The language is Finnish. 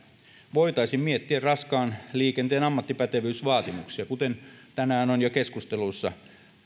voitaisiin miettiä raskaan liikenteen ammattipätevyysvaatimuksia kuten tänään on jo keskusteluissa